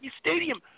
Stadium